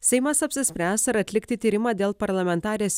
seimas apsispręs ar atlikti tyrimą dėl parlamentarės